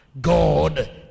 God